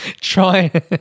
try